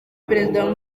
perezida